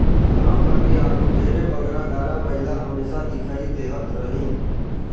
गाँव कती आघु ढेरे बगरा गाड़ा बइला हमेसा दिखई देहत रहिन